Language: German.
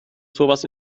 sowas